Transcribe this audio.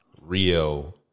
Rio